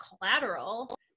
collateral